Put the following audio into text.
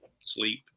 sleep